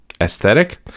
aesthetic